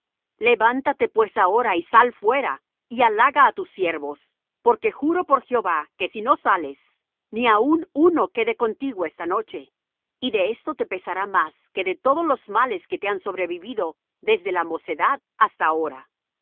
levántate pues ahora y sal fuera y halaga á tus siervos porque juro por jehová que si no sales ni aun uno quede contigo esta noche y de esto te pesará más que de todos los males que te han sobrevenido desde tu mocedad hasta ahora